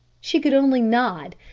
she could only nod,